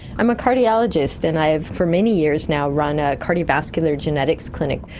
i'm a cardiologist and i have for many years now run a cardiovascular genetics clinic.